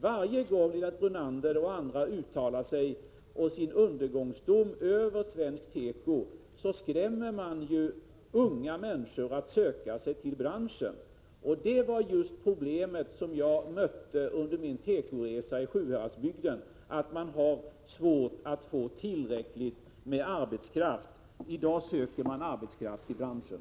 Varje gång Lennart Brunander och andra uttalar sig och fäller en undergångsdom över svensk teko skräms ju unga människor när det gäller att söka sig till branschen. Det problem som jag mötte under min tekoresa i Sjuhäradsbygden var just att man hade svårt att finna tillräckligt med arbetskraft. I dag söker man således arbetskraft till branschen.